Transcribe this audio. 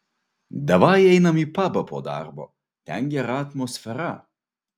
davai einam į pabą po darbo ten gera atmosfera